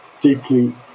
deeply